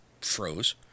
froze